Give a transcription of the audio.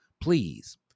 Please